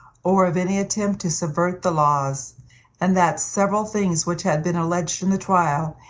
or of any attempt to subvert the laws and that several things which had been alleged in the trial,